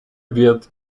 wird